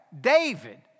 David